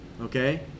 Okay